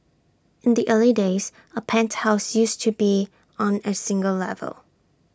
in the early days A penthouse used to be on A single level